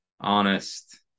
honest